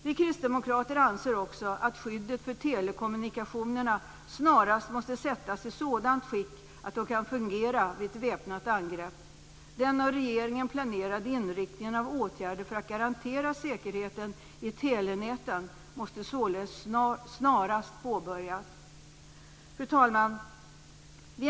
Vi kristdemokrater anser att skyddet för telekommunikationerna snarast måste bli i sådant skick att de kan fungera vid ett väpnat angrepp. Den av regeringen planerade inriktningen på åtgärder för att garantera säkerheten i telenäten måste således snarast påbörjas. Fru talman!